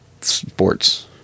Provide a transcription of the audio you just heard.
sports